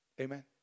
Amen